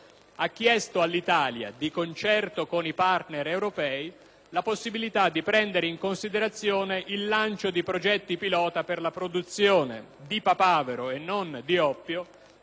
ha chiesto all'Italia, di concerto con i partner europei, di prendere in considerazione il lancio di progetti pilota per la produzione di papavero, e non di oppio,